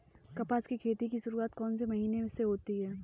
कपास की खेती की शुरुआत कौन से महीने से होती है?